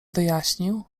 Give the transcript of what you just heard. wyjaśnił